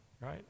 Right